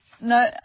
No